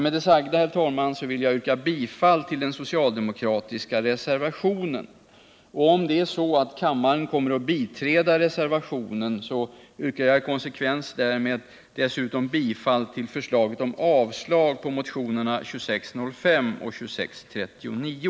Med det sagda, herr talman, vill jag yrka bifall till den socialdemokratiska reservationen. Om kammaren biträder reservationen yrkar jag i konsekvens därmed dessutom bifall till förslaget om avslag på motionerna 2605 och 2639.